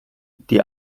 die